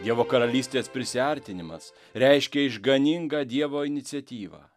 dievo karalystės prisiartinimas reiškia išganingą dievo iniciatyvą